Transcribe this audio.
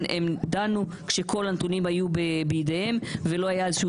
הם דנו כשכל הנתונים היו בידיהם ולא היה איזה שהוא